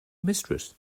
mistress